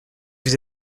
vous